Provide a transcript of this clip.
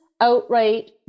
outright